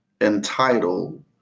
entitled